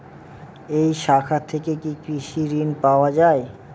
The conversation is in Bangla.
এই শাখা থেকে কি কৃষি ঋণ পাওয়া যায়?